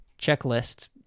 checklist